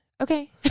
okay